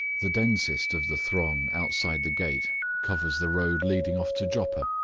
the densest of the throng outside the gate covers the road leading off to joppa.